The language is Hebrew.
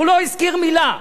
הוא לא הזכיר מלה,